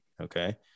okay